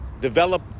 develop